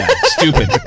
Stupid